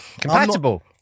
compatible